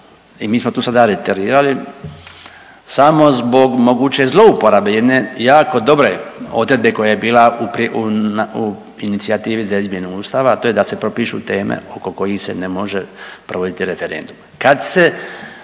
se ne razumije./… samo zbog moguće zlouporabe jedne jako dobre odredbe koja je bila u inicijativi za izmjenu Ustava, a to je da se propišu teme oko kojih se ne može provoditi referendum.